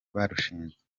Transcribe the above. barushinze